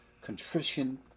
contrition